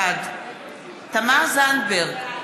בעד תמר זנדברג,